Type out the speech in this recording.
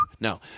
No